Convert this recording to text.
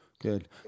Good